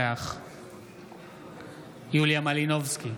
בעד יוליה מלינובסקי,